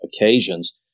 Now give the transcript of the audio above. occasions